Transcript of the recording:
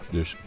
Dus